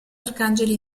arcangeli